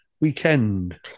weekend